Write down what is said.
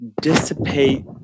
dissipate